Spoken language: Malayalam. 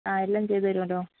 ആ എല്ലാം ചെയ്തുതരും കേട്ടോ